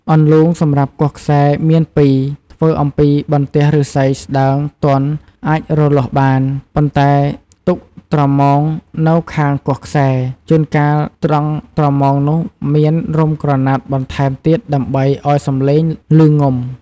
អន្លូងសំរាប់គោះខ្សែមាន២ ធ្វើអំពីបន្ទះឫស្សីស្ដើងទន់អាចរលាស់បាន ប៉ុន្ដែទុកត្រមោងនៅខាងគោះខ្សែ ជួនកាលត្រង់ត្រមោងនោះមានរុំក្រណាត់បន្ថែមទៀតដើម្បីឲ្យសំឡេងឮងំ។